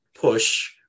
push